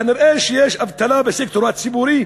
כנראה יש אבטלה בסקטור הציבורי.